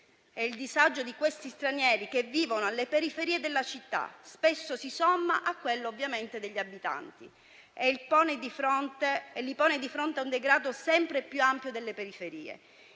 il disagio di questi stranieri che vivono alle periferie della città spesso si somma a quello degli abitanti, ponendoli di fronte al degrado sempre più ampio delle periferie.